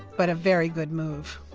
but a very good move.